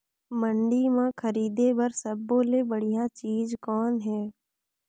मंडी म खरीदे बर सब्बो ले बढ़िया चीज़ कौन हे?